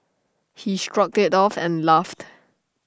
he shrugged IT off and laughed